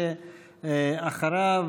ואחריו,